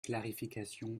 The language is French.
clarification